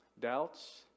Doubts